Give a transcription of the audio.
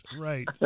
right